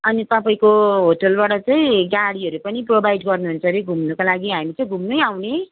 अनि तपाईँको होटेलबाट चाहिँ गाडीहरू पनि प्रोभाइड गर्नुहुन् छ अरे घुम्नुको लागि हामी चाहिँ घुम्नै आउने